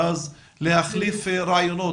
ואז להחליף רעיונות,